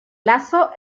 lazo